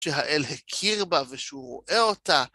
שהאל הכיר בה ושהוא רואה אותה.